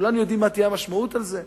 כולם יודעים מה תהיה המשמעות של זה.